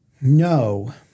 No